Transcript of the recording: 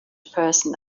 person